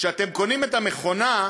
כשאתם קונים את המכונה,